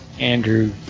Andrew